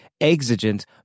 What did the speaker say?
exigent